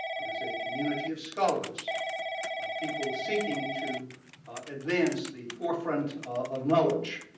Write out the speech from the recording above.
it is a community of scholars, of people seeking to advance the forefront of knowledge,